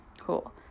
Cool